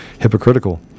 hypocritical